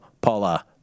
Paula